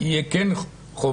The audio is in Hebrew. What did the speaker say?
יהיה כן חובה.